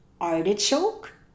Artichoke